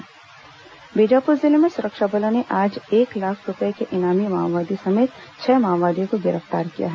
माओवादी गिरफ्तार बीजापुर जिले में सुरक्षा बलों ने आज एक लाख रूपए के इनामी माओवादी समेत छह माओवादियों को गिरफ्तार किया है